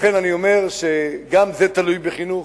לכן אני אומר שגם זה תלוי בחינוך,